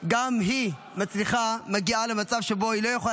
גם היא מגיעה למצב שבו היא לא יכולה